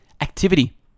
Activity